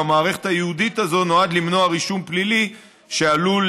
במערכת הייעודית הזאת נועד למנוע רישום פלילי שעלול